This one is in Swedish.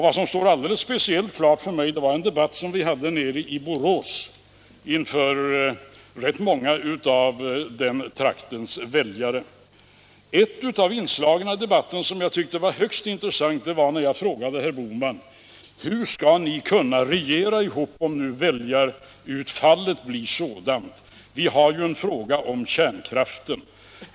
Vad som står speciellt klart för mig är en debatt som vi hade i Borås inför rätt många av den traktens väljare. Ett av inslagen i debatten som jag tyckte var högst intressant var när jag frågade herr Bohman: Hur skall ni kunna regera ihop om väljarutfallet blir sådant? Det finns ju en fråga om kärnkraft.